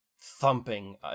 thumping